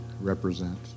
represent